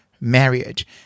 marriage